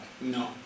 No